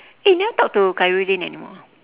eh you never talk to khairuddin anymore ah